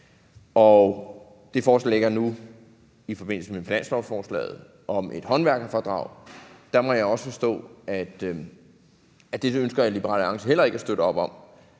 om. Det forslag ligger nu i forbindelse med finanslovsforslaget om en håndværkerfradrag, og der må jeg også forstå, at det ønsker Liberal Alliance heller ikke at støtte op om.